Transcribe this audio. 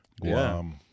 Guam